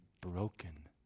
broken